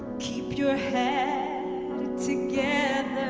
keep your head together